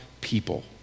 people